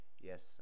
yes